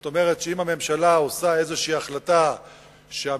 זאת אומרת שאם הממשלה מקבלת איזו החלטה שהמתנחלים